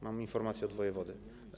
Mam informację od wojewody.